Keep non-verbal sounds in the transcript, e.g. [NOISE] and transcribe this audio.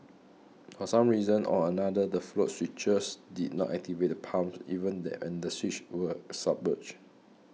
[NOISE] for some reason or another the float switches did not activate the pumps even the under switches were submerged